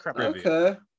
okay